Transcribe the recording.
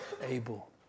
able